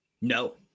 no